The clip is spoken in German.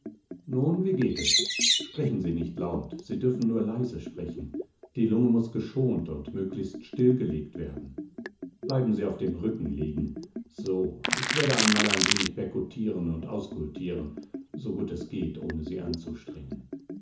nun wie geht es sprechen sie nicht laut sie dürfen nur leise sprechen die lunge muß geschont und möglichst stillgelegt werden bleiben sie auf dem rükken liegen so ich werde einmal ein wenig perkutieren und auskultieren so gut es geht ohne sie anzustrengen